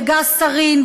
בגז סארין,